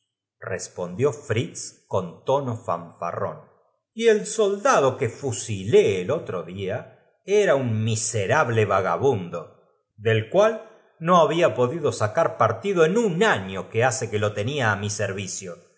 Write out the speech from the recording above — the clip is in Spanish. drosselmaye r con una y el soldado que fusilé el otro día era un sonrisa que á la niña le pareció feroz dió miserable vagabundo del cual no babia la razón á fritz felizmente para pobre podido sacar partido en un año que hace cascanueces el presidente y la presidenta que lo tenía á mi serv